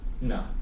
No